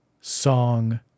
Song